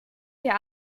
dir